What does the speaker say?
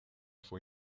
fue